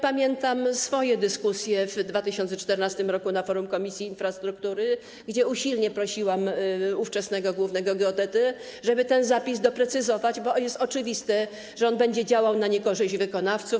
Pamiętam swoje dyskusje w 2014 r. na forum Komisji Infrastruktury, gdzie usilnie prosiłam ówczesnego głównego geodetę, żeby ten zapis doprecyzować, bo jest oczywiste, że on będzie działał na niekorzyść wykonawców.